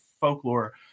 folklore